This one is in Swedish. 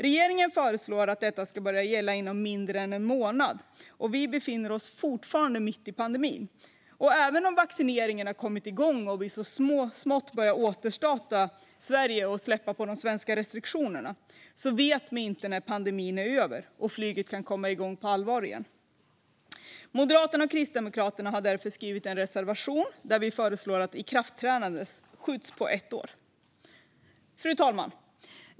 Regeringen föreslår att detta ska börja gälla inom mindre än en månad, och vi befinner oss fortfarande mitt i pandemin. Även om vaccineringen har kommit igång och vi så smått börjar återstarta Sverige och släppa på de svenska restriktionerna vet vi inte när pandemin är över och flyget kan komma igång på allvar igen. Moderaterna och Kristdemokraterna har därför skrivit en reservation där vi föreslår att ikraftträdandet skjuts på i ett år. Fru talman!